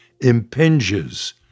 impinges